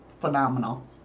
phenomenal